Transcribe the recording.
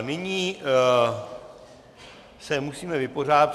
Nyní se musíme vypořádat...